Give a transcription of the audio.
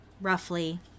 roughly